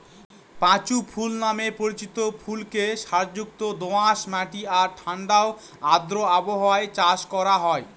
পাঁচু ফুল নামে পরিচিত ফুলকে সারযুক্ত দোআঁশ মাটি আর ঠাণ্ডা ও আর্দ্র আবহাওয়ায় চাষ করা হয়